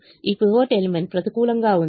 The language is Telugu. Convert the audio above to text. ఈ పైవట్ ఎలిమెంట్ ప్రతికూలంగా ఉంది